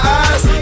eyes